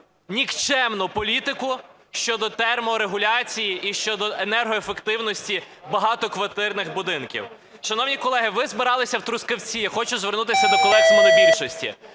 нікчемну політику щодо терморегуляції і щодо енергоефективності багатоквартирних будинків. Шановні колеги, ви збиралися в Трускавці, хочу звернутися до колег з монобільшості.